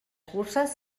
curses